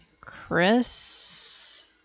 Chris